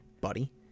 buddy